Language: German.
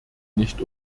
nicht